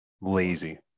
Lazy